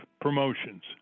promotions